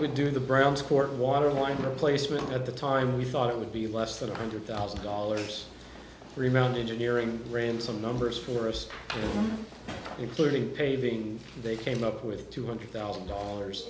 would do the brown's court waterlines replacement at the time we thought it would be less than one hundred thousand dollars three mountaineering ran some numbers for us including paving they came up with two hundred thousand dollars